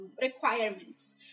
requirements